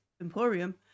Emporium